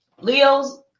Leo's